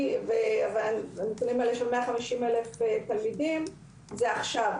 והנתונים האלה של 150 אלף תלמידים הם מעכשיו.